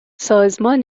سازمان